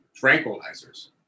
tranquilizers